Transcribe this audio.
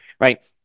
right